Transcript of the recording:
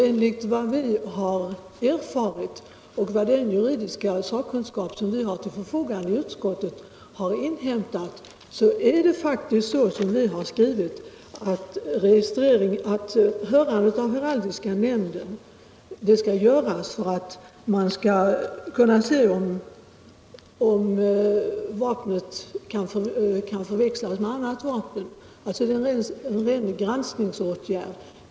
Enligt vad vi har erfarit och vad den juridiska sakkunskap som vi har till förfogande i utskottet har inhämtat är det faktiskt så, som vi har skrivit, att heraldiska nämnden skall höras för att man skall kunna avgöra om vapnet kan förväxlas med annat vapen. Det är alltså en ren granskningsåtgärd.